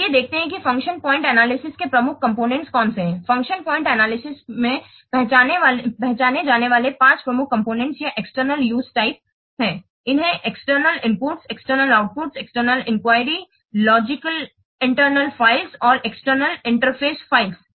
आइए देखते हैं कि फंक्शन पॉइंट एनालिसिस के प्रमुख घटक कौन से हैं फंक्शन पॉइंट एनालिसिस में पहचाने जाने वाले पाँच प्रमुख कंपोनेंट्स या एक्सटर्नल यूज़ टाइप हैं जिन्हें external inputs external output external inquiry logical internal files और एक्सटर्नल इंटरफ़ेस फाइल्स